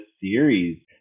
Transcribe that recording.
series